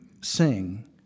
sing